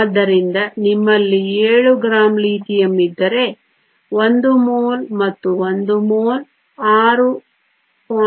ಆದ್ದರಿಂದ ನಿಮ್ಮಲ್ಲಿ 7 gram lithium ಇದ್ದರೆ 1 ಮೋಲ್ ಮತ್ತು 1 ಮೋಲ್ 6